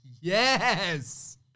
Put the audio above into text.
Yes